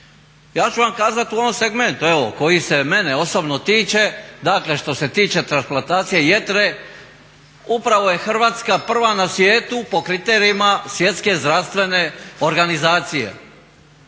Ja ću vam kazati u ovom segmentu evo koji se mene osobno tiče dakle što se tiče transplantacije jetre upravo je Hrvatska prva na svijetu po kriterijima Svjetske zdravstvene organizacije.